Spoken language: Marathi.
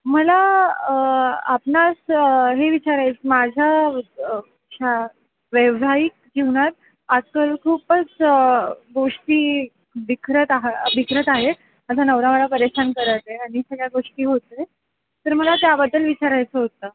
मला आपणास हे विचारायच माझ्या आ शा व्यव्हायिक जीवनात आजकाल खूपच गोष्टी बिखरत आहा बिखरत आहे माझा नवरा मला परेशान करत आहे आणि सगळ्या गोष्टी होत आहेत तर मला त्याबद्दल विचारायचं होतं